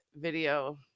video